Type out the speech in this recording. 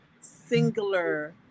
singular